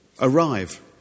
arrive